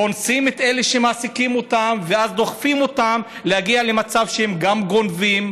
קונסים את אלה שמעסיקים אותם ואז דוחפים אותם להגיע למצב שהם גם גונבים,